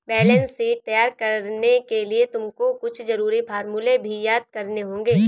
balance sheet तैयार करने के लिए तुमको कुछ जरूरी फॉर्मूले भी याद करने होंगे